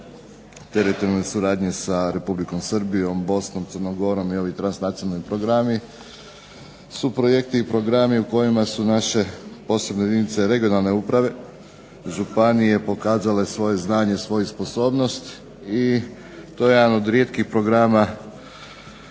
teritorijalne suradnje sa Republikom Srbijom, Bosnom, Crnom Gorom i ovi transnacionalni programi su projekti i programi u kojima su naše posebne jedinice regionalne uprave županije pokazale svoje znanje i svoju sposobnost i to je jedan od rijetkih programa